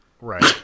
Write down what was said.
Right